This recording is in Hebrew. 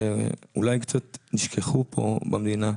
שאולי קצת נשכחו פה במדינה.